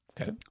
okay